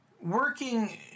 Working